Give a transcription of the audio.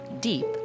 deep